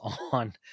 on